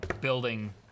building